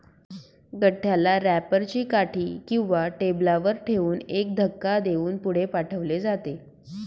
गठ्ठ्याला रॅपर ची काठी किंवा टेबलावर ठेवून एक धक्का देऊन पुढे पाठवले जाते